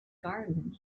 garden